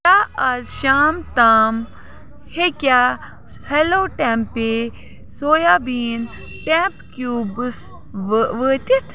کیٛاہ آز شام تام ہیٚکیٛاہ hello tempeh soya bean tempeh cubes ؤ وٲتِتھ